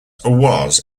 was